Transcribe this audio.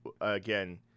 again